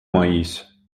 mais